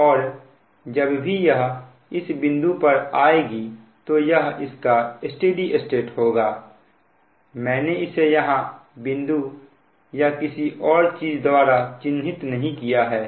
और जब भी यह इस बिंदु पर आएगी तो यह इसका स्टेडी स्टेट होगा मैंने इसे यहां बिंदु या किसी और चीज के द्वारा चिन्हित नहीं किया है